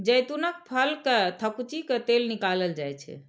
जैतूनक फल कें थकुचि कें तेल निकालल जाइ छै